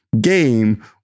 game